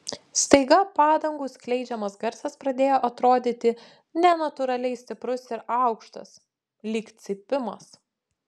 staiga padangų skleidžiamas garsas pradėjo atrodyti nenatūraliai stiprus ir aukštas lyg cypimas